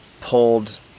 pulled